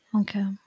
Okay